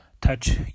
touch